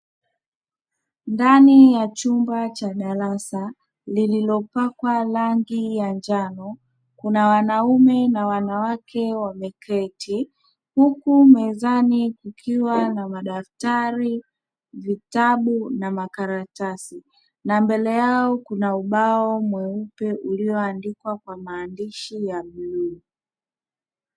Ndani ya chumba cha darasa lililopakwa rangi ya njano kuna wanaume na wanawake. Wameketi huku mezani kukiwa na madaftari, vitabu na makaratasi. Na mbele yao kuna ubao mweupe ulioandikwa kwa maandishi ya bluu.